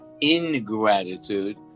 ingratitude